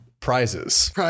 Prizes